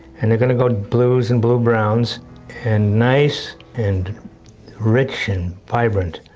and they're going go blues and blue-browns and nice and rich and vibrant.